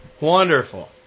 Wonderful